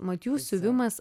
mat jų siuvimas